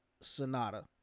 Sonata